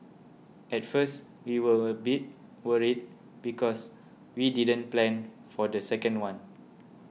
at first we were a bit worried because we didn't plan for the second one